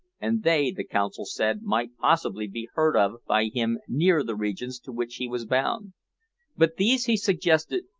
and they, the consul said, might possibly be heard of by him near the regions to which he was bound but these, he suggested,